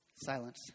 Silence